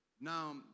Now